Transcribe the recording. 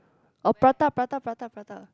oh prata prata prata prata